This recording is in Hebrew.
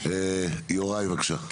יוראי, בבקשה.